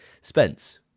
Spence